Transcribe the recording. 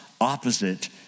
opposite